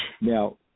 now